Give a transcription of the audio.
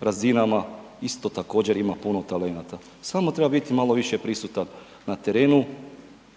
razinama isto također ima puno talenata, samo treba malo više biti prisutan na terenu,